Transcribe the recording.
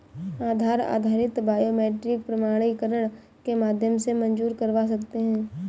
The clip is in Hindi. आधार आधारित बायोमेट्रिक प्रमाणीकरण के माध्यम से मंज़ूर करवा सकते हैं